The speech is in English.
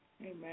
Amen